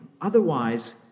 Otherwise